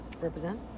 represent